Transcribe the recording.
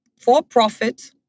for-profit